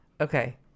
okay